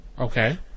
Okay